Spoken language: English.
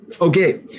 Okay